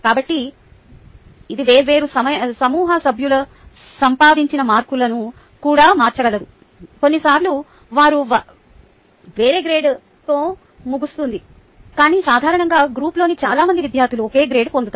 కాబట్టి ఇది వేర్వేరు సమూహ సభ్యులు సంపాదించిన మార్కులను కూడా మార్చగలదు కొన్నిసార్లు వారు వేరే గ్రేడ్తో ముగుస్తుంది కాని సాధారణంగా గ్రూప్లోని చాలా మంది విద్యార్థులు ఒకే గ్రేడ్ పొందుతారు